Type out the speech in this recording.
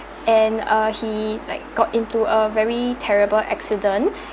and uh he like got into a very terrible accident